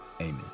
amen